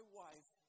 wife